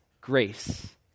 grace